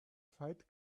fight